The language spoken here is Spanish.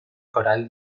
coral